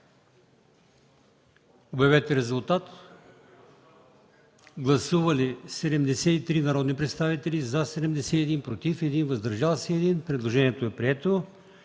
9 януари 2014 г. Гласували 79 народни представители: за 72, против 1, въздържали се 6. Предложението е прието.